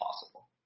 possible